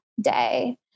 day